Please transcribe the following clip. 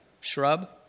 shrub